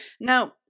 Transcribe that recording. Now